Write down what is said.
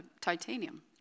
titanium